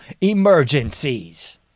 emergencies